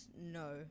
no